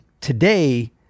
today